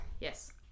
yes